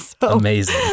Amazing